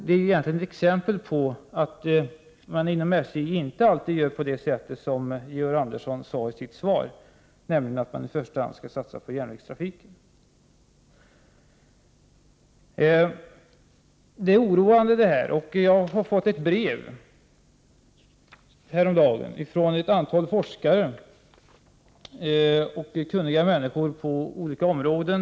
Det är ett exempel på att man inom SJ inte alltid gör på det sätt som Georg Andersson sade i sitt svar. Han sade där att SJ i första hand skall satsa på järnvägstrafiken. Allt detta är oroande. Jag fick häromdagen ett brev från ett antal forskare, kunniga människor på olika områden.